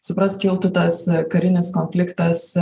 suprask kiltų tas karinis konfliktas